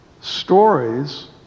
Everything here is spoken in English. stories